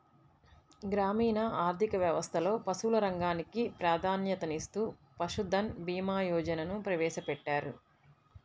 గ్రామీణ ఆర్థిక వ్యవస్థలో పశువుల రంగానికి ప్రాధాన్యతనిస్తూ పశుధన్ భీమా యోజనను ప్రవేశపెట్టారు